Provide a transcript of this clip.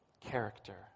character